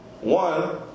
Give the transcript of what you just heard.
one